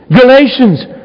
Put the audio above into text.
Galatians